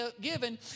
given